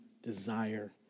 desire